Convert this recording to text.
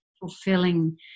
fulfilling